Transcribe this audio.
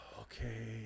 Okay